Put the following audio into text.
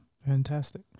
fantastic